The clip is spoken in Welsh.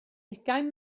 ugain